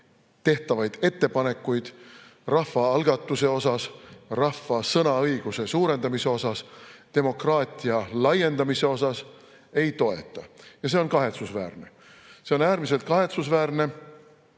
tehtavaid ettepanekuid rahvaalgatuse, rahva sõnaõiguse suurendamise ja demokraatia laiendamise kohta – ei toeta. See on kahetsusväärne. See on äärmiselt kahetsusväärne!